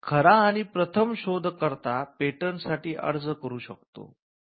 खरा आणि प्रथम शोधकर्ता पेटंटसाठी अर्ज करू शकतो